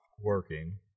working